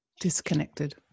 disconnected